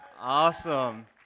awesome